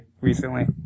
recently